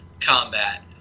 combat